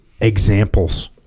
examples